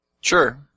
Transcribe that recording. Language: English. Sure